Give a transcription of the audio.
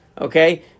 okay